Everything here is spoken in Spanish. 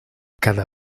cada